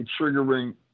triggering